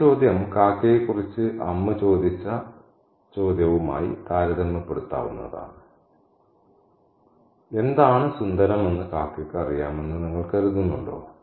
ഈ ചോദ്യം കാക്കയെക്കുറിച്ച് അമ്മു ചോദിച്ച മറ്റേ ചോദ്യവുമായി താരതമ്യപ്പെടുത്താവുന്നതാണ് എന്താണ് സുന്ദരമെന്ന് കാക്കയ്ക്ക് അറിയാമെന്ന് നിങ്ങൾ കരുതുന്നുണ്ടോ